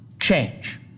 change